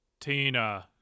Tina